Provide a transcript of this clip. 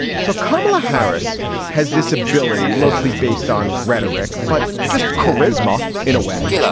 so kamala harris has this ability mostly based on rhetoric but just charisma in a way.